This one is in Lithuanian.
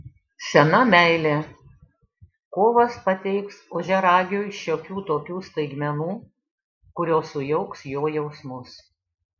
sena meilė kovas pateiks ožiaragiui šiokių tokių staigmenų kurios sujauks jo jausmus